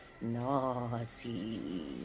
Naughty